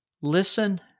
listen